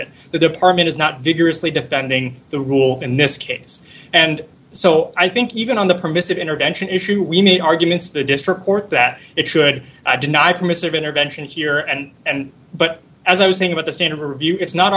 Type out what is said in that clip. it the department is not vigorously defending the rule in this case and so i think even on the permissive intervention issue we need arguments to the district court that it should i deny permissive intervention here and and but as i was saying about the state of review it's not